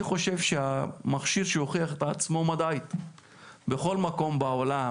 אני חושב שהמכשיר שהוכיח את עצמו מדעית בכל מקום בעולם,